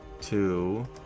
two